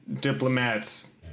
diplomats